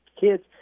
kids